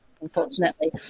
unfortunately